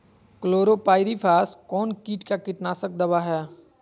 Chlorpyrifos कौन किट का कीटनाशक दवा है?